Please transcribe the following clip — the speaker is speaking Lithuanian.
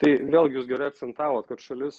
tai vėlgi jūs gerai akcentavot kad šalis